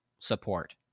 Support